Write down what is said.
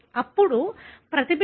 SreflectedSincidentn1 n2n1n22 1